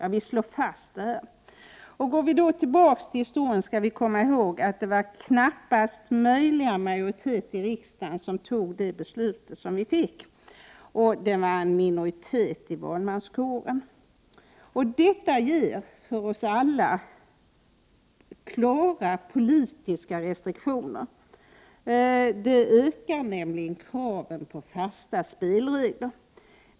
Går vi tillbaks i historien kan man komma ihåg att det var med knappast möjliga majoritet som beslutet fattades i riksdagen. Frågan vann en minoritet i valmanskåren. Detta ger för oss alla klara politiska restriktioner. Det ökar nämligen kraven på fasta spelregler.